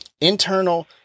internal